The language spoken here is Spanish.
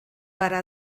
para